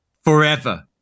forever